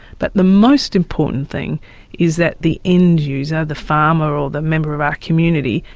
but the most important thing is that the end user, the farmer or the member of our community,